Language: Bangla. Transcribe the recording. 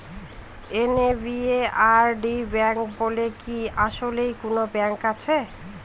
এন.এ.বি.এ.আর.ডি ব্যাংক বলে কি আসলেই কোনো ব্যাংক আছে?